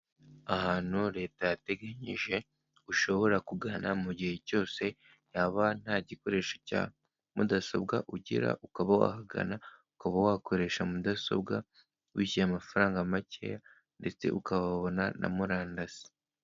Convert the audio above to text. Ahantu leta yateganyije ushobora kugana mu gihe cyose waba nta gikoresho cya mudasobwa ugira, ukaba wahagana ukaba wakoresha mudasobwa wishyuye amafaranga makeya ndetse ukahabona na murandasi.